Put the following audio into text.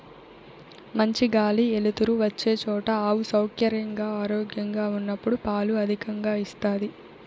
మంచి గాలి ఎలుతురు వచ్చే చోట ఆవు సౌకర్యంగా, ఆరోగ్యంగా ఉన్నప్పుడు పాలు అధికంగా ఇస్తాది